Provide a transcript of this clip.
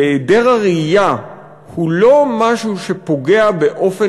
שהיעדר הראייה הוא לא משהו שפוגע באופן